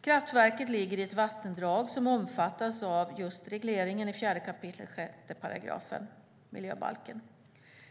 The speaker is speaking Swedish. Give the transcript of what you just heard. Kraftverket ligger i ett vattendrag som omfattas av regleringen i 4 kap. 6 § miljöbalken.